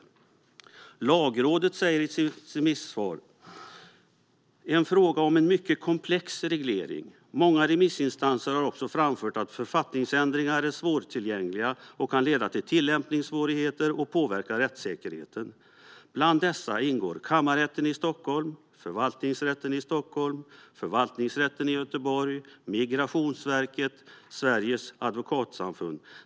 Lagrådet säger att det är "fråga om en mycket komplex reglering. Många remissinstanser har också framfört att författningsändringarna är svårtillgängliga och kan leda till tillämpningssvårigheter och påverka rättssäkerheten. Bland dessa ingår Kammarrätten i Stockholm, Förvaltningsrätten i Stockholm, Förvaltningsrätten i Göteborg, Migrationsverket och Sveriges advokatsamfund.